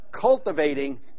cultivating